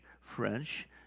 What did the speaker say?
French